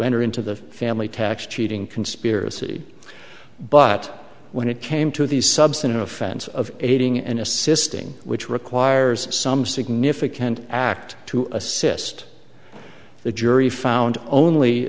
enter into the family tax cheating conspiracy but when it came to the substantive offense of aiding and assisting which requires some significant act to assist the jury found only